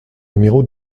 numéro